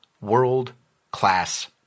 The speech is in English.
World-class